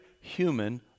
human